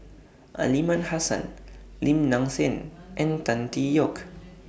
Aliman Hassan Lim Nang Seng and Tan Tee Yoke